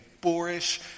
boorish